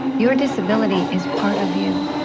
your disability is part of you.